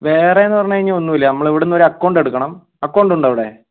വേറേന്ന് പറഞ്ഞ് കഴിഞ്ഞാൽ ഒന്നുമില്ല നമ്മൾ ഇവിടന്നൊരു അക്കൗണ്ട് എടുക്കണം അക്കൗണ്ടുണ്ടോ ഇവിടെ